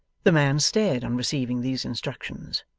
the man stared on receiving these instructions,